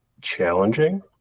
challenging